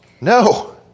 No